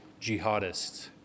jihadists